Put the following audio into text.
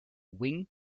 wing